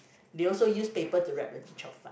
they also use paper to wrap the the chee cheong fun